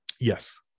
Yes